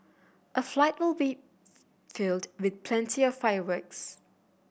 a fight be filled with plenty of fireworks